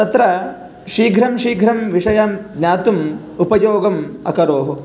तत्र शीघ्रं शीघ्रं विषयं ज्ञातुम् उपयोगम् अकरोः